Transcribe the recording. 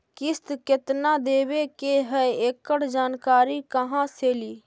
किस्त केत्ना देबे के है एकड़ जानकारी कहा से ली?